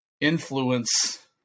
influence